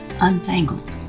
Untangled